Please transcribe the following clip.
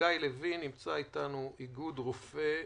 חגי לוין מאיגוד רופאי